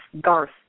Garth